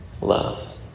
love